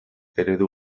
eredu